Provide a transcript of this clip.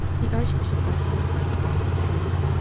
the archbishop also reformed the franciscans.